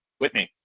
whitney.